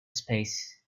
space